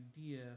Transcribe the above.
idea